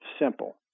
simple